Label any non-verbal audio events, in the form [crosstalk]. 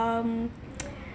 um [noise]